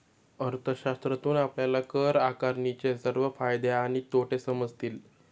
अर्थशास्त्रातून आपल्याला कर आकारणीचे सर्व फायदे आणि तोटे समजतील